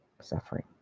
suffering